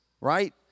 right